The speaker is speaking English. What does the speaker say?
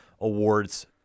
awards